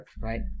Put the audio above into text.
Right